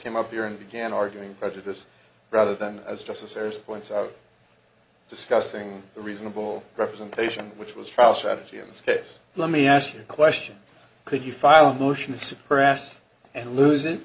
came up here and began arguing prejudice rather than as justice airs points out discussing reasonable representation which was trial strategy in this case let me ask you a question could you file a motion to suppress and los